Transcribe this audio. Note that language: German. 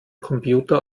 computer